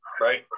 right